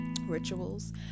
rituals